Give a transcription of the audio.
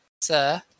Sir